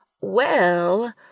Well